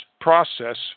process